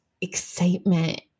excitement